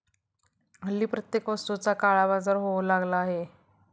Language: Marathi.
हल्ली प्रत्येक वस्तूचा काळाबाजार होऊ लागला आहे